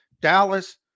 Dallas